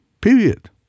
period